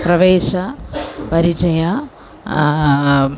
प्रवेशः परिचयः